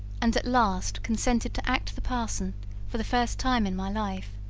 and at last consented to act the parson for the first time in my life.